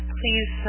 please